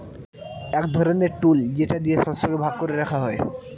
এক ধরনের টুল যেটা দিয়ে শস্যকে ভাগ করে রাখা হয়